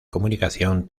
comunicación